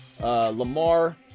Lamar